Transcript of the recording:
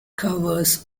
covers